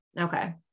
Okay